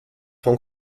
von